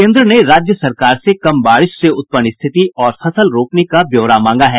केन्द्र ने राज्य सरकार से कम बारिश से उत्पन्न स्थिति और फसल रोपनी का ब्यौरा मांगा है